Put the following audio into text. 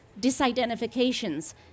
disidentifications